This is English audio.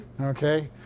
Okay